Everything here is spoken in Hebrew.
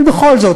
אבל בכל זאת,